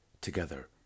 Together